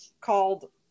called